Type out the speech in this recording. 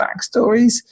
backstories